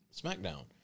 SmackDown